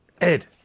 Ed